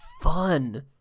fun